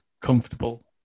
comfortable